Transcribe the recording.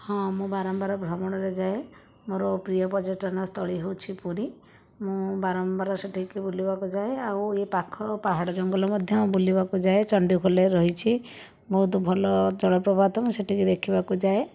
ହଁ ମୁଁ ବାରମ୍ବାର ଭ୍ରମଣରେ ଯାଏ ମୋର ପ୍ରିୟ ପର୍ଯ୍ୟଟନ ସ୍ଥଳି ହେଉଛି ପୁରୀ ମୁଁ ବାରମ୍ବାର ସେଠିକି ବୁଲିବାକୁ ଯାଏ ଆଉ ଏହି ପାଖ ପାହାଡ଼ ଜଙ୍ଗଲ ମଧ୍ୟ ବୁଲିବାକୁ ଯାଏ ଚଣ୍ଡୀଖୋଲରେ ରହିଛି ବହୁତ ଭଲ ଜଳପ୍ରପାତ ମୁଁ ସେଠିକି ଦେଖିବାକୁ ଯାଏ